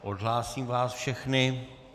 Odhlásím vás všechny.